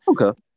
Okay